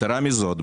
יתרה מזאת,